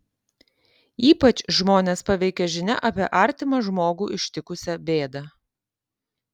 ypač žmones paveikia žinia apie artimą žmogų ištikusią bėdą